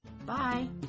Bye